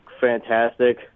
fantastic